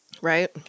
Right